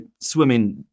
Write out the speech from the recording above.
swimming